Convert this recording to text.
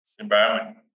environment